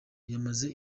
yamaze